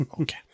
Okay